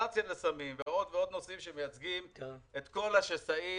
לגליזציה לסמים ועוד ועוד נושאים שמייצגים את כל השסעים